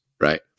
right